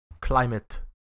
climate